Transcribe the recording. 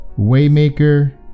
Waymaker